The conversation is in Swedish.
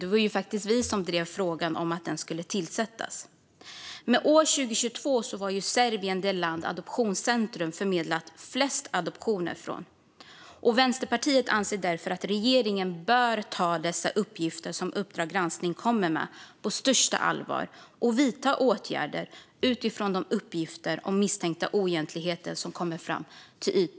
Det var vi som drev på för att den skulle tillsättas. År 2022 var Serbien det land som Adoptionscentrum förmedlade flest adoptioner från. Vänsterpartiet anser därför att regeringen bör ta Uppdrag granskning s uppgifter på största allvar och vidta åtgärder utifrån de uppgifter om misstänkta oegentligheter som kommit fram.